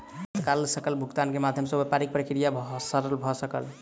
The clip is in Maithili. तत्काल सकल भुगतान के माध्यम सॅ व्यापारिक प्रक्रिया सरल भ सकल